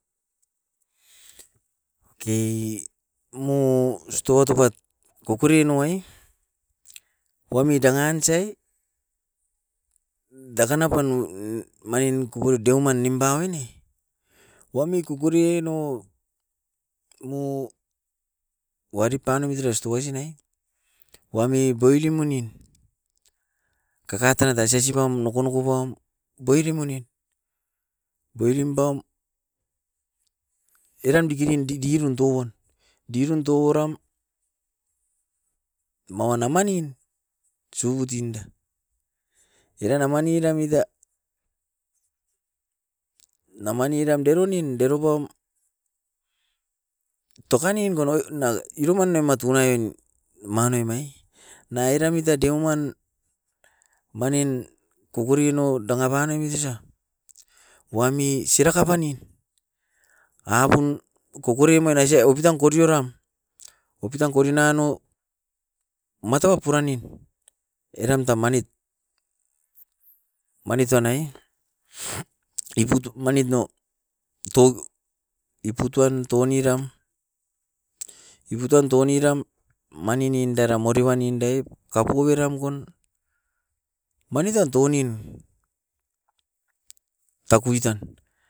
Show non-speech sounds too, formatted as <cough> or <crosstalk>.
Oke mu sto tepat kokori nuai wami dangan sai, dakan apan manin kukuna deuman nimpaoni. Wami kukurieno mu waripa nemi tara stua sinai, wami boilim munin. Kakatana ta sesibam nukunuku pam boirim unin. Boirin paum, eram dikingin didirun towan, dirun tauoram maua na manin subut inda. Eran amani ra muita namani eram deronin, deropam tokanin gonoi na iroman nema tunaii oin manoi mai na eram muita deuman manin kukurino danga panemit osa. Wami siraka panin abun kokore manaise opitan korioram, opitan kori nanao mataua puran nin eram ta manit. Manit tuan nai <noise> iputu manit nou <hesitation> iputuan touniram mani nindera moriwan inde kapuveram kon. manit tan tounin, takui tan.